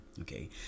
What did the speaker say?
okay